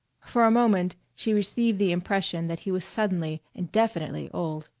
for a moment she received the impression that he was suddenly and definitely old.